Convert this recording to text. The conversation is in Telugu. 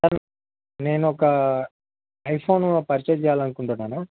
సార్ నేను ఒక ఐఫోన్ పర్ఛేజ్ చెయ్యాలి అనుకుంటున్నాను